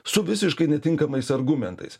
su visiškai netinkamais argumentais